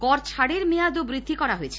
কর ছাড়ের মেয়াদও বৃদ্ধি করা হয়েছে